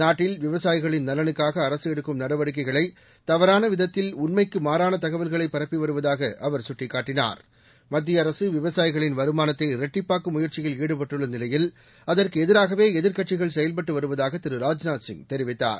நாட்டில் விவசாயிகளின் நலனுக்காக அரசு எடுக்கும் நடவடிக்கைகளை தவறாள விதத்தில் உண்மைக்கு மாறான தகவல்களை பரப்பி வருவதாக அவர் சுட்டிக்காட்டினார் மத்திய அரசு விவசாயிகளின் வருமானத்தை இரட்டிப்பாக்கும் முயற்சியில் ஈடுபட்டுள்ள நிலையில் அதற்கு எதிராகவே எதிர்கட்சிகள் செயல்பட்டு வருவதாக திரு ராஜ்நாத் சிங் தெரிவித்தார்